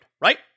right